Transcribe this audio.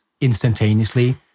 instantaneously